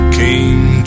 came